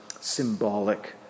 symbolic